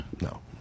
No